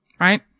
right